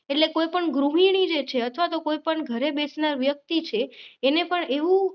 એટલે કોઈપણ ગૃહિણી જે છે અથવા તો કોઈપણ ઘરે બેસનાર વ્યક્તિ છે એને પણ એવું